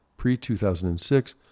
pre-2006